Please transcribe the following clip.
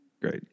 great